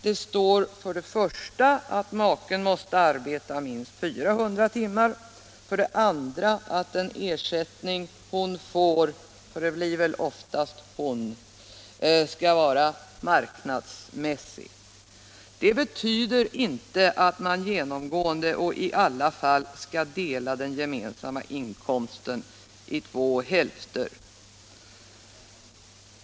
Där står för det första att maken måste arbeta minst 400 timmar, för det andra att den ersättning hon får — för det blir väl oftast hon — skall vara marknadsmässig. Det betyder inte att man genomgående och i samtliga fall skall dela den gemensamma inkomsten i två hälfter.